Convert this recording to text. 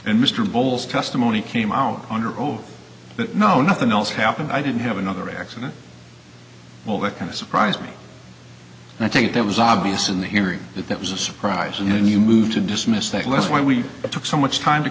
and mr bowles testimony came out under oath that no nothing else happened i didn't have another accident well that kind of surprised me and i think that was obvious in the hearing that that was a surprise and then you move to dismiss that less why we took so much time to